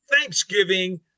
Thanksgiving